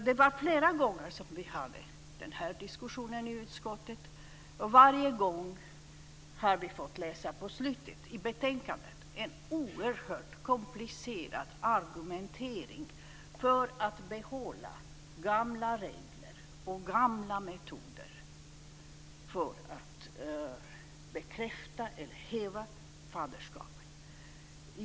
Det var flera gånger som vi hade den här diskussionen i utskottet, och varje gång har vi i slutet av betänkandet fått läsa en oerhört komplicerad argumentering för att behålla gamla regler och gamla metoder för att bekräfta eller häva faderskap.